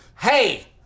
Hey